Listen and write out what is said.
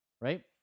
right